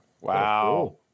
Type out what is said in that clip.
Wow